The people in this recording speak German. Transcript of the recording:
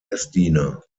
messdiener